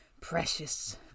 Precious